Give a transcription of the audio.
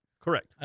Correct